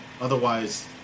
Otherwise